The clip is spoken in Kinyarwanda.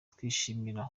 twishimira